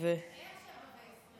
איך 07:20?